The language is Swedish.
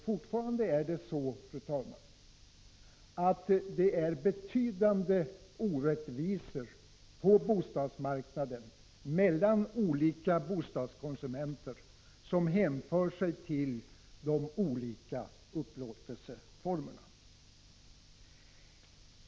Fortfarande är det så, fru talman, att det på bostadsmarknaden mellan olika bostadskonsumenter råder betydande orättvisor som hänför sig till de olika upplåtelseformerna.